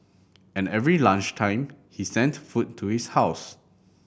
and every lunch time he sent food to his house